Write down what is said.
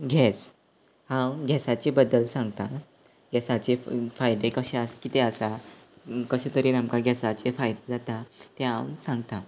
gas हांव गॅसाचे बद्दल सांगतां गॅसाचे फायदे कशें आसा कितें आसा कशें तरेन आमकां गॅसाचे फायदे जाता तें हांव सांगतां